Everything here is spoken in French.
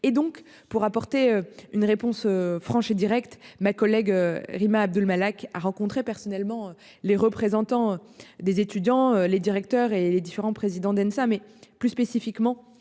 et donc pour apporter une réponse franche et directe. Ma collègue Rima Abdul-Malak a rencontrer personnellement, les représentants des étudiants, les directeurs et les différents présidents Denza mais plus spécifiquement.